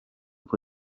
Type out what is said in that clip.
pour